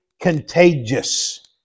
contagious